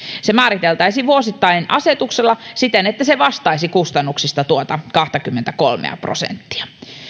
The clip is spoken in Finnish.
se määriteltäisiin vuosittain asetuksella siten että se vastaisi kustannuksista tuota kahtakymmentäkolmea prosenttia